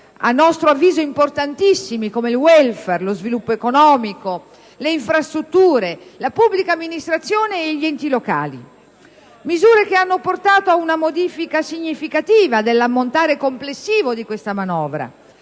a nostro avviso importantissimi, come il *welfare*, lo sviluppo economico, le infrastrutture, la pubblica amministrazione e gli enti locali. Sono misure che hanno portato ad una modifica significativa dell'ammontare complessivo di questa manovra: